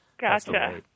Gotcha